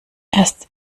erst